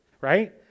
right